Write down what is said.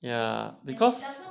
yeah because